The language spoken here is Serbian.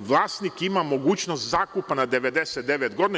vlasnik ima mogućnost zakupa na 99 godina.